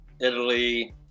Italy